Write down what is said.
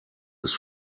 ist